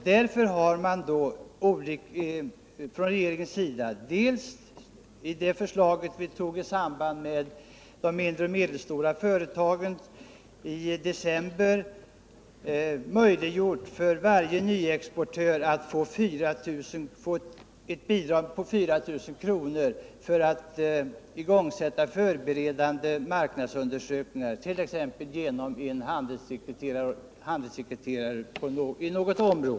Därför har regeringen genom det beslut vi fattade i 29 maj 1978 samband med förslaget om mindre och medelstora företag i december möjliggjort för varje nyexportör att få ett bidrag på 4 000 kr. för att igångsätta förberedande marknadsundersökningar,t.ex. genom någon handelssekreterare.